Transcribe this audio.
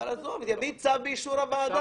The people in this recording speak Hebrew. עזוב, יביא צו באישור הוועדה.